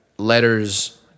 Letters